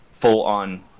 full-on